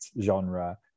genre